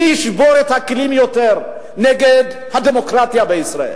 מי ישבור יותר את הכלים נגד הדמוקרטיה בישראל.